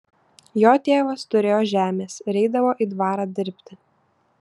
jo tėvas turėjo žemės ir eidavo į dvarą dirbti